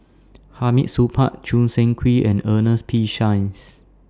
Hamid Supaat Choo Seng Quee and Ernest P Shanks